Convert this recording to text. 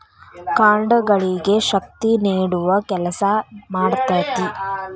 ಕಾಂಡಗಳಿಗೆ ಶಕ್ತಿ ನೇಡುವ ಕೆಲಸಾ ಮಾಡ್ತತಿ